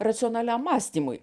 racionaliam mąstymui